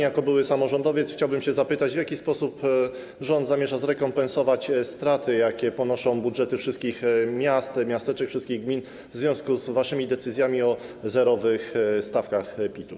Jako były samorządowiec chciałbym zapytać: W jaki sposób rząd zamierza zrekompensować straty, jakie ponoszą budżety wszystkich miast, miasteczek, gmin w związku z waszymi decyzjami o zerowych stawkach PIT-u?